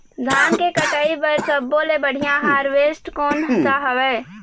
धान के कटाई बर सब्बो ले बढ़िया हारवेस्ट कोन सा हवए?